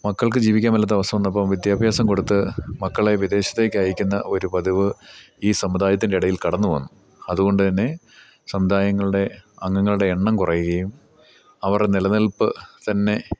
മക്കൾക്ക് ജീവിക്കാമ്മേലാത്ത അവസ്ഥ വന്നപ്പം വിദ്യാഭ്യാസം കൊടുത്ത് മക്കളെ വിദേശത്തേക്ക് അയക്കുന്ന ഒരു പതിവ് ഈ സമുദായത്തിൻ്റെ ഇടയിൽ കടന്നുവന്നു അതുകൊണ്ടുതന്നെ സമുദായങ്ങളുടെ അംഗങ്ങളുടെ എണ്ണം കുറയുകയും അവരുടെ നിലനിൽപ്പു തന്നെ